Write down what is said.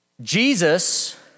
Jesus